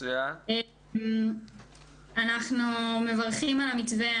אנחנו מברכים על המתווה,